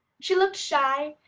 she looked shy,